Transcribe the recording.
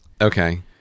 okay